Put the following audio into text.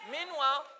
Meanwhile